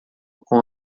com